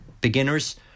beginners